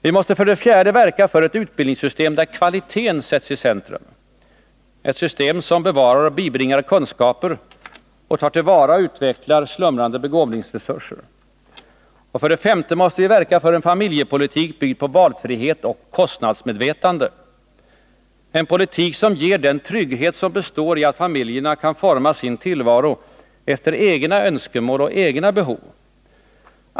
Vi måste för det fjärde verka för ett utbildningssystem där kvaliteten sätts i centrum, ett system som bevarar och bibringar kunskaper och tar till vara och utvecklar slumrande begåvningsresurser. För det femte måste vi verka för en familjepolitik byggd på valfrihet och kostnadsmedvetande som ger den trygghet som består i att familjerna kan forma sin tillvaro efter egna önskemål och egna behov.